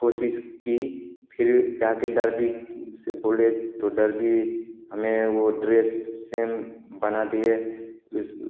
कोशिश की फिर जा कर दर्ज़ी से बोले तो दर्ज़ी हमें वह ड्रेस सेम बना दिए इस